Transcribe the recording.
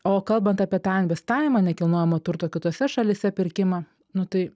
o kalbant apie tą investavimą nekilnojamo turto kitose šalyse pirkimą nu tai